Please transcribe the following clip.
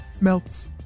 melts